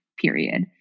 period